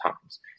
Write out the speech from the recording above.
times